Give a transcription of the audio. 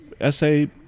essay